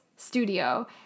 Studio